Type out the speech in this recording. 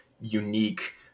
unique